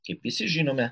kaip visi žinome